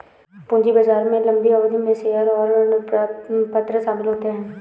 पूंजी बाजार में लम्बी अवधि में शेयर और ऋणपत्र शामिल होते है